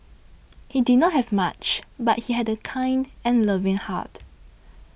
he did not have much but he had a kind and loving heart